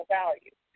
value